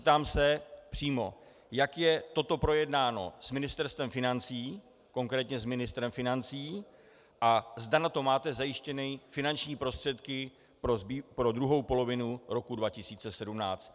Zeptám se přímo jak je toto projednáno s Ministerstvem financí, konkrétně s ministrem financí, a zda na to máte zajištěné finanční prostředky pro druhou polovinu roku 2017.